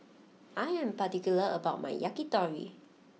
I am particular about my Yakitori